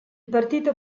partito